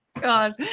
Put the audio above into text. God